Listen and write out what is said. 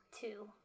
two